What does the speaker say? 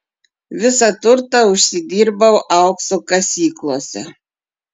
visą turtą užsidirbau aukso kasyklose